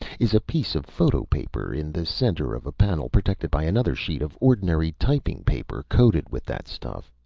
is a piece of photo paper in the center of a panel protected by another sheet of ordinary typing paper coated with that stuff.